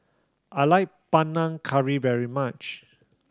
I like Panang Curry very much